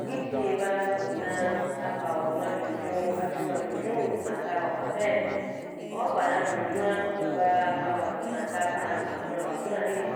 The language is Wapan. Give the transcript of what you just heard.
ke icin ye ba, udan apa uma vyon vyon, avyon wa vyon sakai wa panpan, au pa na vyon vyon ra, uba wasansan kai pa na pɛn avyon wa vyon va ri.